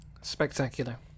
Spectacular